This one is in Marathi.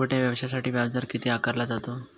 छोट्या व्यवसायासाठी व्याजदर किती आकारला जातो?